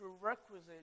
prerequisite